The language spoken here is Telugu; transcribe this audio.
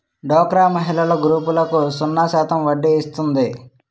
డోక్రా మహిళల గ్రూపులకు సున్నా శాతం వడ్డీ ఇస్తుంది